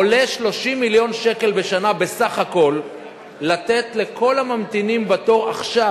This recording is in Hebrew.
עולה 30 מיליון שקל בשנה בסך הכול לתת לכל הממתינים בתור עכשיו,